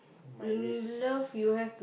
my risk